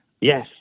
Yes